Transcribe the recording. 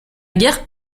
guerre